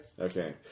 Okay